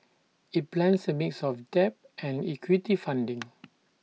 IT plans A mix of debt and equity funding